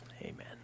Amen